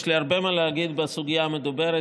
יש לי הרבה מה להגיד בסוגיה המדוברת,